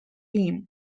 him